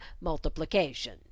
multiplication